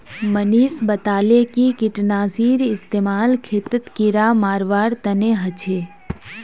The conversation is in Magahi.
मनीष बताले कि कीटनाशीर इस्तेमाल खेतत कीड़ा मारवार तने ह छे